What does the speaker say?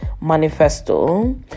Manifesto